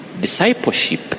discipleship